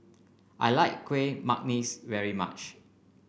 I like Kuih Manggis very much